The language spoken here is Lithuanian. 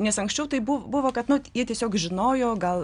nes anksčiau tai buv buvo kad nu jie tiesiog žinojo gal